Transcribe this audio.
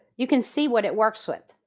you can see what it works with.